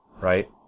Right